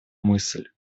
мысль